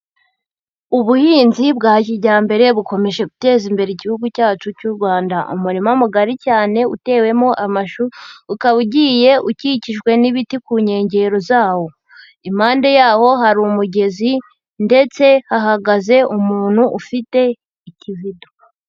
Ubuhinzi bwa kijyambere bukomeje guteza imbere Igihugu cyacu cy'u Rwanda, umurima mugari cyane utewemo amashu ukaba ugiye ukikijwe n'ibiti ku nkengero zawo, impande yawo hari umugezi ndetse hahagaze umuntu ufite ikivido.